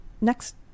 next